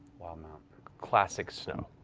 um um classic snow.